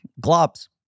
Globs